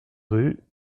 rue